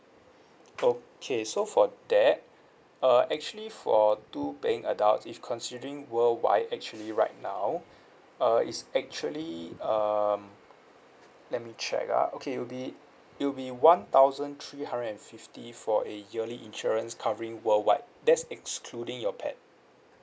okay so for that uh actually for two paying adults if considering worldwide actually right now uh is actually um let me check ah okay it will be it will be one thousand three hundred and fifty for a yearly insurance covering worldwide that's excluding your pet